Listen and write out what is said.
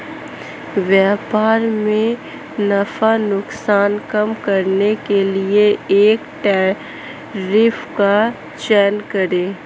व्यापार में नफा नुकसान कम करने के लिए कर टैरिफ का चयन करे